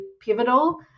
pivotal